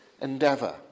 endeavour